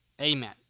Amen